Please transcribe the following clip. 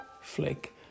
flick